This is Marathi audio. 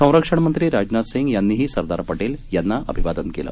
संरक्षणमंत्री राजनाथ सिंग यांनीही सरदार पटेल यांना अभिवादन केलं